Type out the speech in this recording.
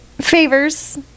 favors